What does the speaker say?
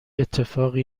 اتفاقی